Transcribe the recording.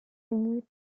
unis